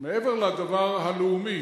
מעבר לדבר הלאומי,